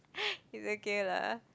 it's okay lah